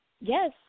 Yes